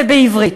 ובעברית.